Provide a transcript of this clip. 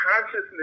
consciousness